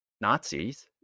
Nazis